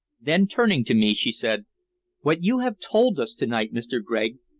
then, turning to me, she said what you have told us to-night, mr. gregg,